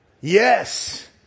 Yes